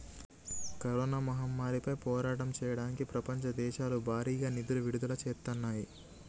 corona మహమ్మారిపై పోరాటం చెయ్యడానికి ప్రపంచ దేశాలు భారీగా నిధులను విడుదల చేత్తన్నాయి